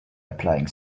applying